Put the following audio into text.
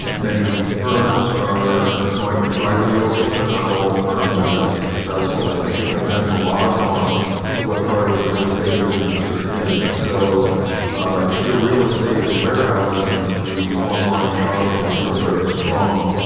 many firms are going to try to reopen, but not all firms are going to be successful. i think it depends a lot on what part of the real estate business you're in. so if your real estate is warehousing, the online shopping is still very strong.